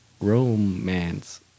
Romance